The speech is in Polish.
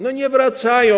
No nie wracają.